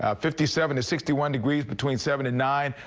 ah fifty seven to sixty one degrees between seven, and nine,